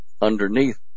underneath